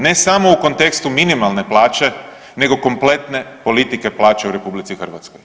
Ne samo u kontekstu minimalne plaće nego kompletne politike plaće u RH.